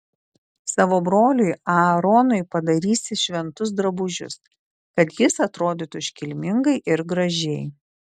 savo broliui aaronui padarysi šventus drabužius kad jis atrodytų iškilmingai ir gražiai